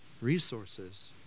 resources